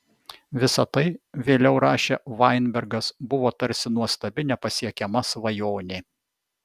visa tai vėliau rašė vainbergas buvo tarsi nuostabi nepasiekiama svajonė